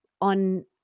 on